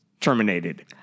terminated